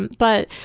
but,